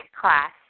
class